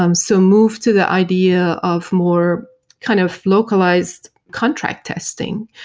um so move to the idea of more kind of localized contract testing.